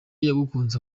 yagukunze